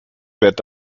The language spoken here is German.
wird